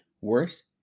Worse